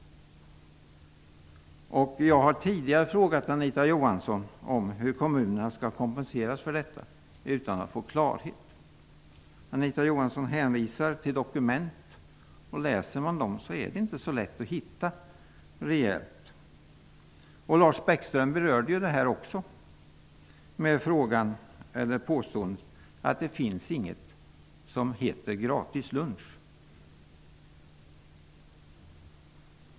Jag har tidigare frågat Anita Johansson om hur kommunerna skall kompenseras för detta, utan att jag fått någon klarhet. Anita Johansson hänvisar till dokument. Där är det inte så lätt att hitta. Lars Bäckström berörde också frågan med påståendet att det inte finns något som heter gratis lunch.